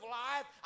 life